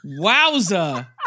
Wowza